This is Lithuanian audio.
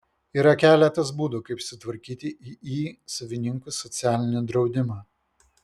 yra keletas būdų kaip sutvarkyti iį savininkų socialinį draudimą